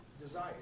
desire